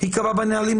שייקבע בנהלים,